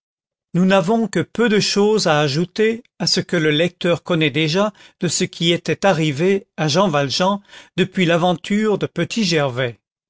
nous n'avons que peu de chose à ajouter à ce que le lecteur connaît déjà de ce qui était arrivé à jean valjean depuis l'aventure de